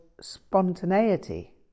spontaneity